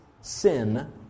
sin